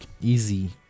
Easy